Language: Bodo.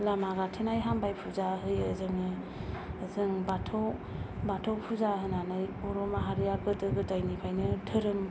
लामा गाथेनाय हामबाय फुजा होयो जोङो जों बाथौ बाथौ फुजा होनानै बर' माहारिया गोदो गोदायनिफ्रायनो धोरोम